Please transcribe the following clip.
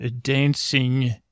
dancing